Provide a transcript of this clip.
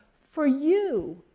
for you,